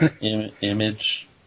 Image